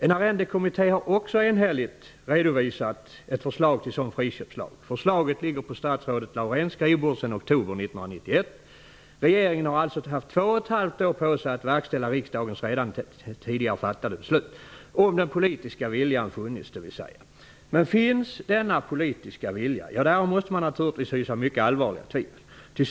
En arrendekommitté har också enhälligt redovisat ett förslag till friköpslag. Förslaget ligger på statsrådet Lauréns skrivbord sedan oktober 1991. Regeringen har alltså haft två och ett halvt år på sig att verkställa riksdagens tidigare fattade beslut -- om den politiska viljan hade funnits. Men finns denna politiska vilja? Där måste man naturligtvis hysa mycket allvarliga tvivel.